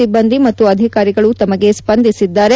ಸಿಬ್ಬಂದಿ ಮತ್ತು ಅಧಿಕಾರಿಗಳು ತಮಗೆ ಸ್ವಂದಿಸಿದ್ದಾರೆ